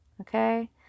Okay